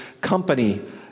company